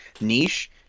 niche